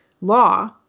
law